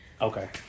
Okay